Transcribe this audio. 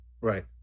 Right